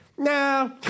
No